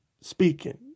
speaking